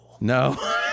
No